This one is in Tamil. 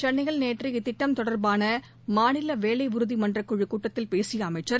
சென்னையில் நேற்று இத்திட்டம் தொடர்பான மாநில வேலை உறுதி மன்றக்குழுக் கூட்டத்தில் பேசிய அமைச்சர்